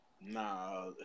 Nah